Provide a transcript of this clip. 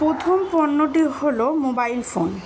প্রথম পণ্যটি হল মোবাইল ফোন